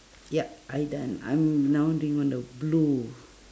yup I done I'm now doing on the blue